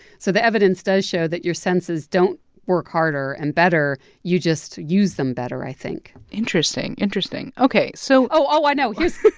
so the evidence does show that your senses don't work harder and better you just use them better, i think interesting. interesting. ok. so. oh, oh, i know yeah,